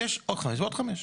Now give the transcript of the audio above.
יש חמש ועוד חמש.